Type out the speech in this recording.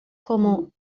como